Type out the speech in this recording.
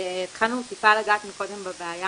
התחלנו טיפה לגעת מקודם בבעיה,